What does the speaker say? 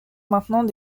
maintenant